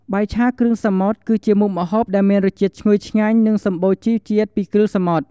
បាយឆាគ្រឿងសមុទ្រ គឺជាមុខម្ហូបដែលមានរសជាតិឈ្ងុយឆ្ងាញ់ និងសម្បូរជីវជាតិពីគ្រឿងសមុទ្រ។